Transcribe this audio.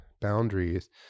boundaries